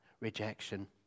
rejection